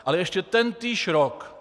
Ale ještě tentýž rok...